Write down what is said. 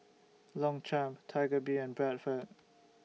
Longchamp Tiger Beer and Bradford